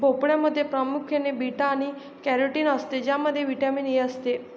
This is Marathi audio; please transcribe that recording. भोपळ्यामध्ये प्रामुख्याने बीटा आणि कॅरोटीन असते ज्यामध्ये व्हिटॅमिन ए असते